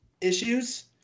issues